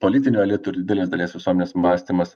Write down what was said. politinio elito ir didelės dalies visuomenės mąstymas